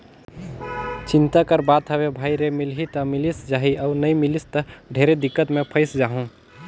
चिंता कर बात हवे भई रे मिलही त मिलिस जाही अउ नई मिलिस त ढेरे दिक्कत मे फंयस जाहूँ